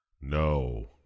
No